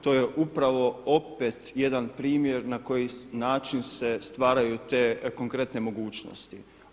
To je upravo opet jedan primjer na koji način se stvaraju te konkretne mogućnosti.